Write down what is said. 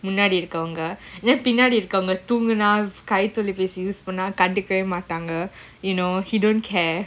முன்னாடிஇருக்கவங்கபின்னாடிஇருக்கவங்கதூங்குனா:munnadi irukavanga pinnadi irukavanga thoonguna use பண்ணாகண்டுக்கவேமாட்டாங்க:panna kandukave maatanga you know he don't care